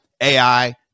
AI